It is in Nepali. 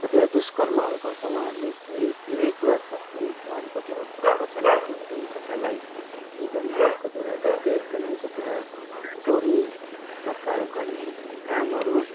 कतिवटा दुषकर्मरू गर्छ उहाँहरूले है धेरै कुरा छ है उहाँहरूले कतिवटा कुरा कसैलाई पिट्ने कसैलाई के गर्ने कतिवटा डकैत गर्ने कतिवटा चोरी चकार गर्ने कामहरू